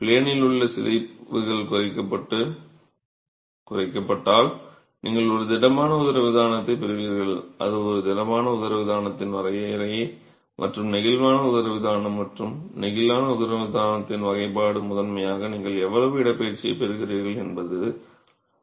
ப்ளேனில் உள்ள சிதைவுகள் குறைக்கப்பட்டு குறைக்கப்பட்டால் நீங்கள் ஒரு திடமான உதரவிதானத்தைப் பெறுவீர்கள் அது ஒரு திடமான உதரவிதானத்தின் வரையறை மற்றும் நெகிழ்வான உதரவிதானம் மற்றும் நெகிழ்வான உதரவிதானத்தின் வகைப்பாடு முதன்மையாக நீங்கள் எவ்வளவு இடப்பெயர்ச்சியைப் பெறுகிறீர்கள் என்பதன் அடிப்படையில் ஆகும்